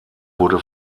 wurde